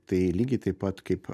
tai lygiai taip pat kaip